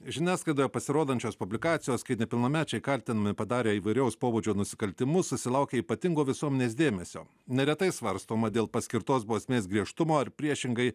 žiniasklaidoje pasirodančios publikacijos kai nepilnamečiai kaltinami padarę įvairaus pobūdžio nusikaltimus susilaukia ypatingo visuomenės dėmesio neretai svarstoma dėl paskirtos bausmės griežtumo ar priešingai